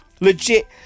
legit